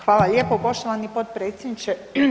Hvala lijepo poštovani potpredsjedniče.